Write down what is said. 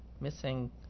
missing